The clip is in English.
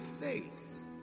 face